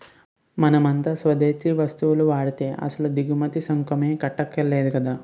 మనమంతా స్వదేశీ వస్తువులు వాడితే అసలు దిగుమతి సుంకమే కట్టక్కర్లేదు కదా